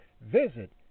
Visit